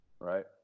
Right